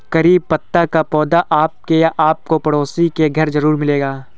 करी पत्ता का पौधा आपके या आपके पड़ोसी के घर ज़रूर मिलेगा